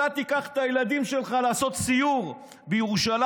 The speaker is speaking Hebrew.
אתה תיקח את הילדים שלך לעשות סיור בירושלים,